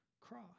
cross